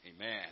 Amen